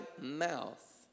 mouth